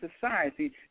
society